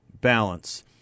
balance